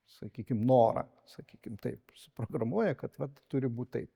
sakykim norą sakykim taip suprogramuoja kad vat turi būt taip